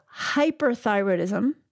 hyperthyroidism